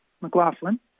McLaughlin